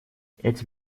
эти